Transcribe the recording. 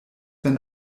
wenn